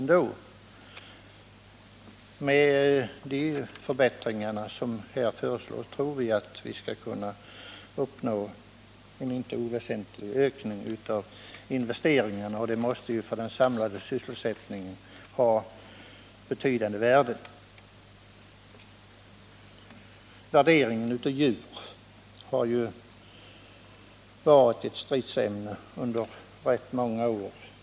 Med de förbättringar som här föreslås tror vi att man skall kunna uppnå en icke oväsentlig ökning av investeringarna, och det måste för den samlade sysselsättningen ha ett betydande värde. Värderingen av djurbesättningar har utgjort ett stridsämne under många år.